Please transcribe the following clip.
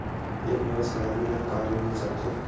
एक वयस्क आदमी ला का ऋण मिल सकथे?